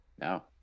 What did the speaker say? No